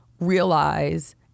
realize